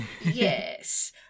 yes